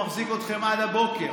מחזיק אתכם עד הבוקר.